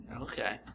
Okay